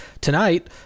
tonight